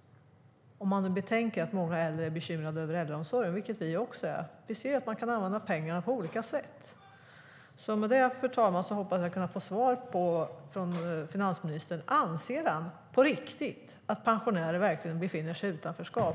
- om man nu betänker att många äldre är bekymrade över äldreomsorgen, vilket vi också är. Vi ser ju att pengarna kan användas på olika sätt. Med det, fru talman, hoppas jag kunna få svar från finansministern på frågan om han på riktigt anser att pensionärer befinner sig i utanförskap.